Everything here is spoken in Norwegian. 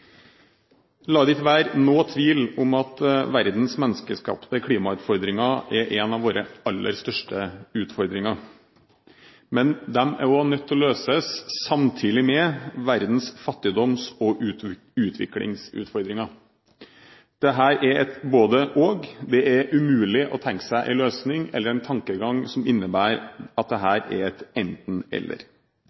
La det ikke være noen tvil om at verdens menneskeskapte klimautfordringer er noen av våre aller største utfordringer. Men de er også nødt til å løses samtidig med verdens fattigdoms- og utviklingsutfordringer. Dette er et både–og, det er umulig å tenke seg en løsning eller en tankegang som innebærer at dette er et